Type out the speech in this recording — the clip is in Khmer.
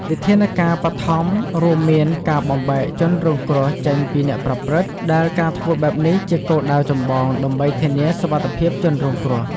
វិធានការបឋមរួមមានការបំបែកជនរងគ្រោះចេញពីអ្នកប្រព្រឹត្ត ដែលការធ្វើបែបនេះជាគោលដៅចម្បង ដើម្បីធានាសុវត្ថិភាពជនរងគ្រោះ។